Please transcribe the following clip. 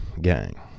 gang